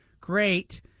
great